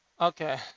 Okay